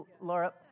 Laura